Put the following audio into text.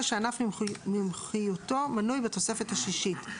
שענף מומחיותו מנוי בתוספת השישית".